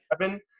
Seven